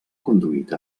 conduït